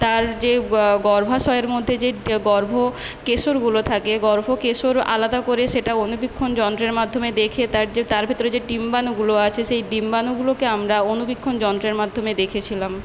তার যে গর্ভাশয়ের মধ্যে যে গর্ভকেশরগুলো থাকে গর্ভকেশর আলাদা করে সেটা অণুবীক্ষণ যন্ত্রের মাধ্যমে দেখে তার যে তার ভিতরে যে ডিম্বাণুগুলো আছে সেই ডিম্বাণুগুলোকে আমরা অণুবীক্ষণ যন্ত্রের মাধ্যমে দেখেছিলাম